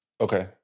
okay